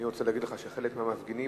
אני רוצה להגיד לך שחלק מהמפגינים,